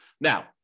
Now